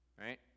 right